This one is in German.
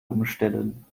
umstellen